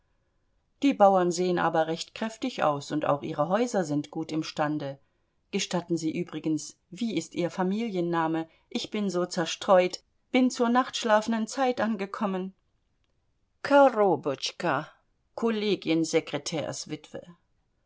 die bauern sehen aber recht kräftig aus und auch ihre häuser sind gut im stande gestatten sie übrigens wie ist ihr familiennamen ich bin so zerstreut bin zur nachtschlafenen zeit angekommen